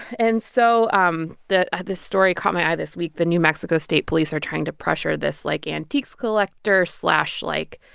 and so um this story caught my eye this week. the new mexico state police are trying to pressure this, like, antiques collector slash, like,